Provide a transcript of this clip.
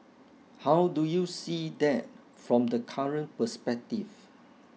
how do you see that from the current perspective